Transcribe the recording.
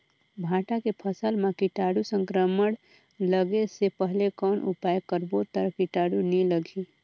भांटा के फसल मां कीटाणु संक्रमण लगे से पहले कौन उपाय करबो ता कीटाणु नी लगही?